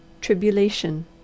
Tribulation